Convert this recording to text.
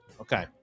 Okay